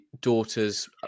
daughter's